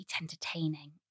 entertaining